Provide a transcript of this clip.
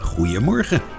Goedemorgen